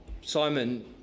Simon